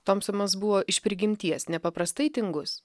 tomsomas buvo iš prigimties nepaprastai tingus